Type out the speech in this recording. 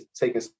taking